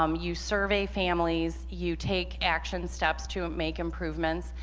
um you survey families, you take action steps to make improvements,